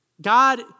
God